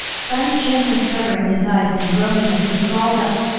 fatty cheng was covering his eyes and groaning as he crawled up,